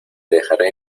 dejaré